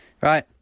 Right